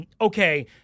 okay